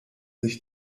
sich